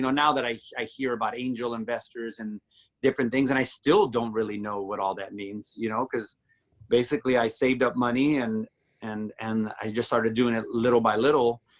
now that i i hear about angel investors and different things. and i still don't really know what all that means, you know, because basically i saved up money and and and i just started doing it little by little.